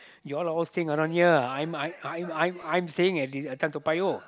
you are all staying around here I'm I'm I'm I'm I'm staying at this Toa-Payoh